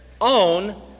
own